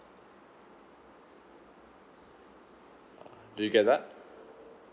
uh do you get that